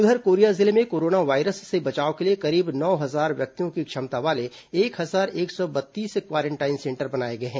उधर कोरिया जिले में कोरोना वायरस से बचाव के लिए करीब नौ हजार व्यक्तियों की क्षमता वाले एक हजार एक सौ बत्तीस क्वारेंटाइन सेंटर बनाए गए हैं